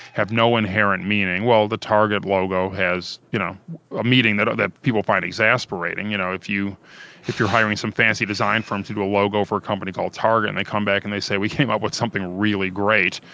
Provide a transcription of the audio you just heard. have no inherent meaning. well, the target logo has you know a meaning that that people find exasperating. you know if you're hiring some fancy design firm to do a logo for a company called target and they come back and they say, we came up with something really great.